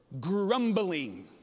grumbling